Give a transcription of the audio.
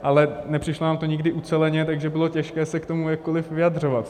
Ale nepřišlo nám to nikdy uceleně, takže bylo těžké se k tomu jakkoliv vyjadřovat.